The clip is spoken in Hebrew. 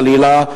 חלילה,